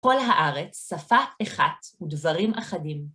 כל הארץ, שפה אחת ודברים אחדים.